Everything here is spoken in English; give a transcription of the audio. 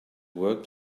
work